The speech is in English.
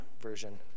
version